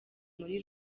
muri